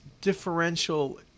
differential